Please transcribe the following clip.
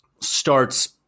starts